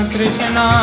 Krishna